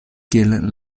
kiel